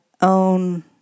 own